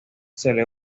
donde